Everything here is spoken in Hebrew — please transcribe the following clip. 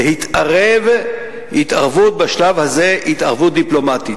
להתערב בשלב הזה התערבות דיפלומטית.